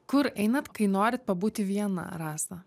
kur einat kai norit pabūti viena rasa